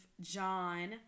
John